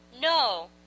No